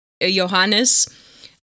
Johannes